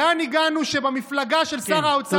לאן הגענו שבמפלגה של שר האוצר,